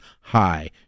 high